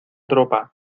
tropa